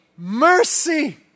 Mercy